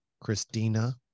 christina